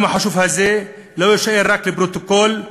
היום החשוב הזה לא יישאר רק לפרוטוקול,